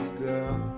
girl